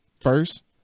first